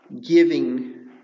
giving